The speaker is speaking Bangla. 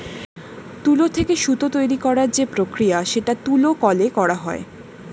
তুলো থেকে সুতো তৈরী করার যে প্রক্রিয়া সেটা তুলো কলে করা হয়